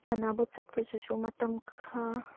ꯁꯥꯟꯅꯕ ꯆꯠꯄꯁꯤꯁꯨ ꯃꯇꯝ ꯈꯔ